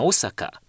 Osaka